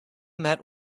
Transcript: met